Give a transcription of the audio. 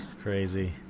crazy